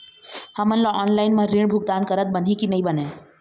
हमन ला ऑनलाइन म ऋण भुगतान करत बनही की नई बने?